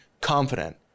confident